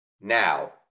Now